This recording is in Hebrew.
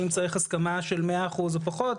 האם צריך הסכמה של מאה אחוז או פחות.